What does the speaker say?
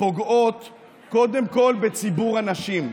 פוגעות קודם כול בציבור הנשים,